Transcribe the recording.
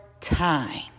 time